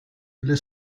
alle